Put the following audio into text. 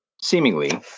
seemingly